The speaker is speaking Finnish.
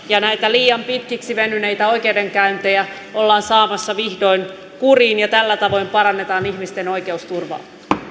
ja näitä liian pitkiksi venyneitä oikeudenkäyntejä ollaan saamassa vihdoin kuriin ja tällä tavalla parannetaan ihmisten oikeusturvaa